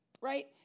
Right